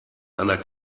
einer